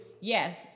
Yes